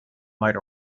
might